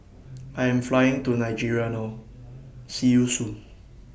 I Am Flying to Nigeria now See YOU Soon